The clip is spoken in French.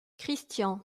christian